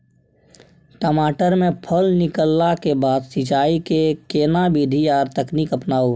टमाटर में फल निकलला के बाद सिंचाई के केना विधी आर तकनीक अपनाऊ?